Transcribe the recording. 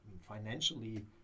financially